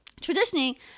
traditionally